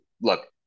Look